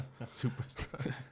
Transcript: Superstar